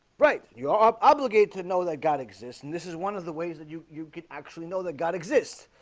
right you are obligated to know that god exists, and this is one of the ways that you you can actually know that god exists